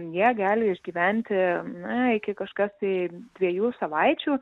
jie gali išgyventi na iki kažkas tai dviejų savaičių